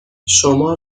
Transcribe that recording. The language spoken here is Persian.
شما